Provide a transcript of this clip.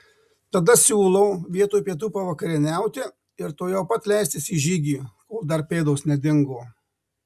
tada siūlau vietoj pietų pavakarieniauti ir tuojau pat leistis į žygį kol dar pėdos nedingo